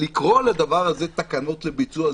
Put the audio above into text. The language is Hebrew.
לקרוא לדבר הזה תקנות לביצוע,